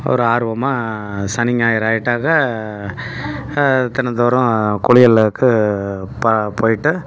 ஒரு ஆர்வமாக சனி ஞாயிறு ஆகியிட்டாக்கா தினந்தோறும் குளியலுக்கு ப போய்விட்டு